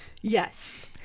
Yes